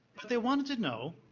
but they wanted to know,